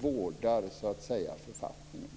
vårdar sig om författningen.